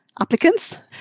applicants